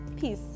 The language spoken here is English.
peace